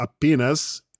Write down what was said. apenas